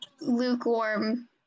lukewarm